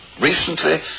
Recently